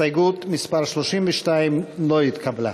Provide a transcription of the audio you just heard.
הסתייגות מס' 32 לא התקבלה.